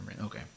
Okay